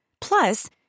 Plus